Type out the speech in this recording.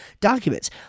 documents